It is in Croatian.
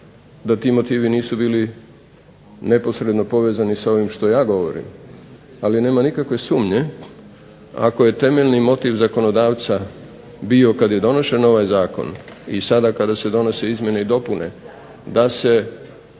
da ti motivi nisu bili neposredno povezani sa ovim što ja govorim, ali nema nikakve sumnje ako je temeljni motiv zakonodavca bio kada je donošen ovaj zakon i sada kada se donose izmjene i dopune, da se